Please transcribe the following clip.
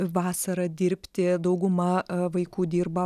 vasarą dirbti dauguma vaikų dirba